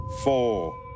four